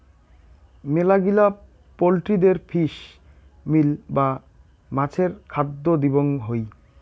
মেলাগিলা পোল্ট্রিদের fish meal বা মাছের খাদ্য দিবং হই